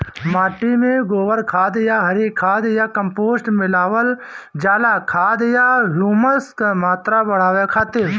माटी में गोबर खाद या हरी खाद या कम्पोस्ट मिलावल जाला खाद या ह्यूमस क मात्रा बढ़ावे खातिर?